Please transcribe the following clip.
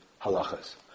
halachas